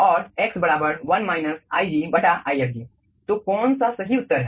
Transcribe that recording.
तो कौन सा सही उत्तर है